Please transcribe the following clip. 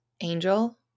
Angel